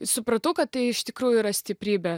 supratau kad tai iš tikrųjų yra stiprybė